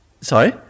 sorry